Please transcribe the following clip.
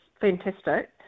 fantastic